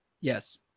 Yes